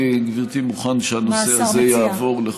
גברתי, אני מוכן שהנושא הזה יעבור, מה השר מציע?